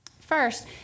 First